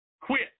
Quit